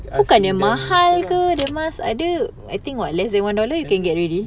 bukannya mahal ke the mask ada I think what less than one dollar you can get already